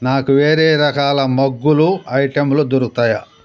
నాకు వేరే రకాల మగ్గులు ఐటెంలు దొరుకుతాయా